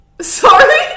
Sorry